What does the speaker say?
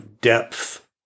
depth